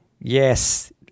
yes